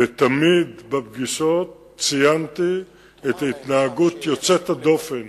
תמיד בפגישות עם המשפחות ציינתי את ההתנהגות היוצאת דופן